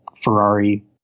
Ferrari